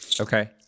Okay